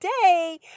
today